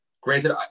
Granted